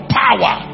power